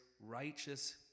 righteous